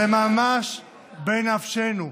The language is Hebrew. זה ממש בנפשנו.